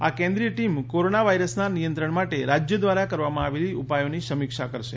આ કેન્દ્રીય team corona વાયરસના નિયંત્રણ માટે રાજ્ય દ્વારા કરવામાં આવેલી ઉપાયોની સમીક્ષા કરશે